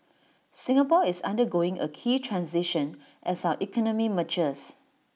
Singapore is undergoing A key transition as our economy matures